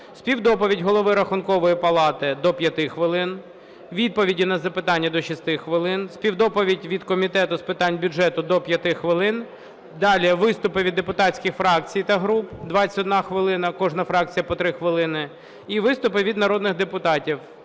співдоповідь Голови Рахункової палати – до 5 хвилин; відповіді на запитання – до 6 хвилин; співдоповідь від Комітету з питань бюджету – до 5 хвилин. Далі виступи від депутатських фракцій та груп – 21 хвилина (кожна фракція по 3 хвилини) і виступи від народних депутатів